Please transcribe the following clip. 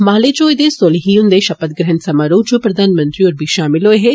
माले च होए दे सोलिह हुन्दे षपथ ग्रहण समारोह च प्रधानमंत्री होर बी षामल होए हे